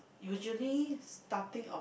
usually starting of